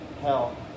health